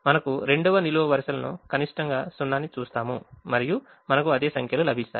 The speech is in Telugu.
మనకు రెండవ నిలువు వరుసలను కనిష్టంగా 0 ని చూస్తాము మరియు మనకు అదే సంఖ్యలు లభిస్తాయి